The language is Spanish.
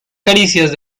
caricias